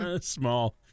Small